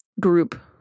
group